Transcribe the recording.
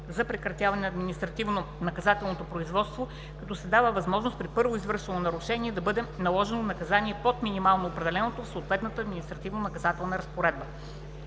за прекратяване на административнонаказателното производство, като се дава възможност при първо извършено нарушение да бъде наложено наказание под минималното определено в съответната административнонаказателна разпоредба.